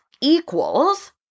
equals